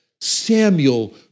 Samuel